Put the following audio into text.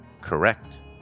Correct